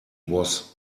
was